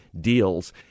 deals